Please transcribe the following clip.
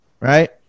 right